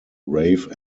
rave